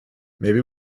maybe